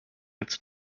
its